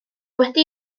wedi